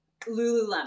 lululemon